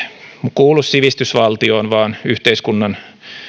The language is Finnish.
kuulu sivistysvaltioon vaan yhteiskunnan